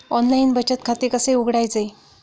Online बचत खाते कसे उघडायचे?